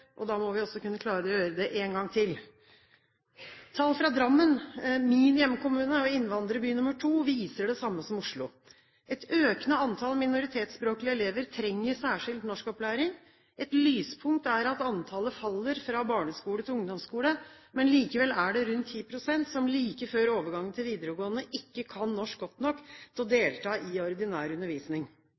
kunne klare å gjøre den én gang til. Tall fra Drammen, min hjemkommune og innvandrerby nr. 2, viser det samme som i Oslo. Et økende antall minoritetsspråklige elever trenger særskilt norskopplæring. Et lyspunkt er at antallet synker fra barneskole til ungdomsskole. Likevel er det rundt 10 pst. som like før overgangen til videregående ikke kan norsk godt nok til å delta i ordinær undervisning.